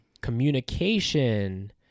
communication